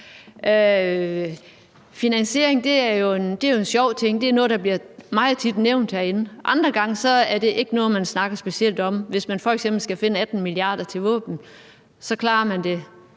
Finansiering er jo en sjov ting, og det er noget, der meget tit bliver nævnt herinde. Andre gange er det ikke noget, man snakker specielt meget om. Hvis man f.eks. skal finde 18 mia. kr. til våben, klarer man det